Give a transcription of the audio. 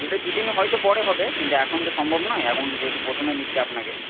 ওটা দুদিনে হয়তো পরে হবে কিন্তু এখন তো সম্ভব নয় এখন যেহেতু প্রথমে নিচ্ছি আপনাকে